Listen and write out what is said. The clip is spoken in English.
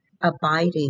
abiding